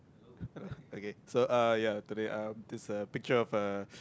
okay so uh ya today just a picture of a